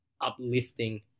uplifting